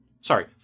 Sorry